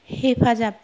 हेफाजाब